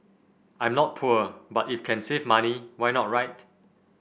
I'm not poor but if can save money why not right